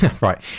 right